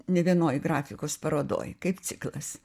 ne vienoj grafikos parodoj kaip ciklas